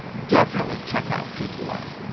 definitely check out g two i.